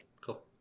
cool